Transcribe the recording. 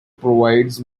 provides